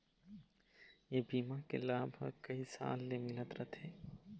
ए बीमा के लाभ ह कइ साल ले मिलत रथे